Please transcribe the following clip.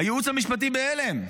הייעוץ המשפטי בהלם.